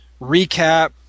Recap